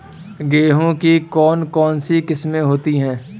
गेहूँ की कौन कौनसी किस्में होती है?